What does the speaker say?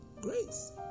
Grace